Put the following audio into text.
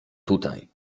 tutaj